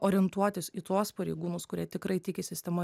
orientuotis į tuos pareigūnus kurie tikrai tiki sistema